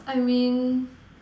I mean